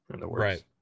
Right